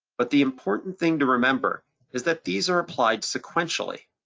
but the important thing to remember is that these are applied sequentially.